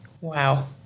Wow